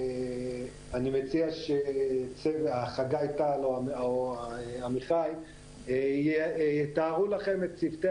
אני מציע שחגי טל או עמיחי יתארו לכם את צוותי